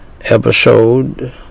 episode